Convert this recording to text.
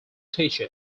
teacher